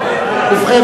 ובכן,